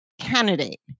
candidate